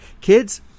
kids